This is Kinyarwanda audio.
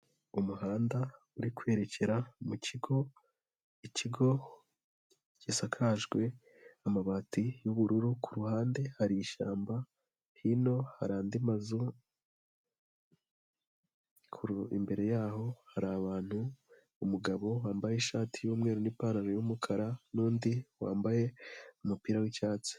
Umuhanda uri kwerekera mu kigo, ikigo gisakajwe amabati y'ubururu, ku ruhande hari shyamba, hino hari andi mazu, imbere yaho hari abantu, umugabo wambaye ishati y'umweru n'ipantaro y'umukara n'undi wambaye umupira w'icyatsi.